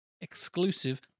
exclusive